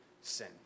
sin